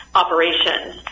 operations